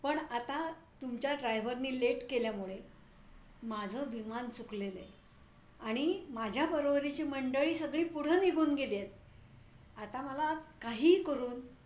पण आता तुमच्या ड्रायव्हरने लेट केल्यामुळे माझं विमान चुकलेलं आहे आणि माझ्या बरोबरीची मंडळी सगळी पुढं निघून गेली आहेत आता मला काहीही करून